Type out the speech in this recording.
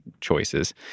choices